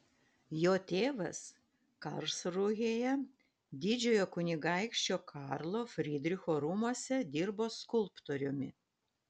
jo tėvas karlsrūhėje didžiojo kunigaikščio karlo frydricho rūmuose dirbo skulptoriumi